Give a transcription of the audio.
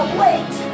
wait